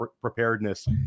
preparedness